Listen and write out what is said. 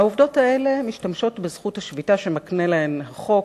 העובדות האלה משתמשות בזכות השביתה שמקנה להן החוק,